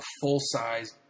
full-size